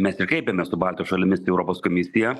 mes ir kreipėmės su baltijos šalimis į europos komisiją